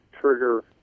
trigger